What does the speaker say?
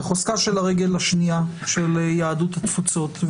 ובחוזקה של הרגל השנייה, של יהדות התפוצות.